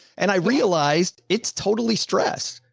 and i realized it's totally stress.